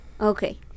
Okay